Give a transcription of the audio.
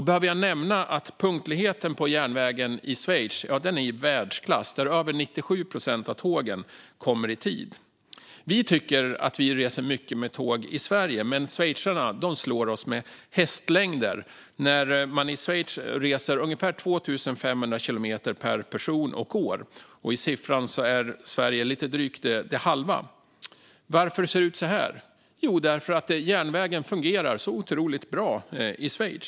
Behöver jag nämna att punktligheten på järnvägen i Schweiz är i världsklass? Över 97 procent av tågen kommer i tid. Vi tycker att vi reser mycket med tåg i Sverige, men schweizarna slår oss med hästlängder. När man i Schweiz reser ungefär 2 500 kilometer per person och år är siffran i Sverige lite drygt hälften. Varför ser det ut så här? Jo, för att järnvägen fungerar så otroligt bra i Schweiz.